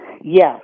Yes